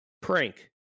Prank